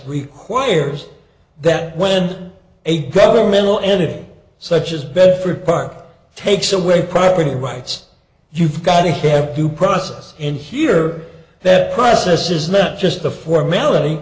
requires that when a governmental entity such as bedford park takes away property rights you've got to have to process in here that process is not just a formality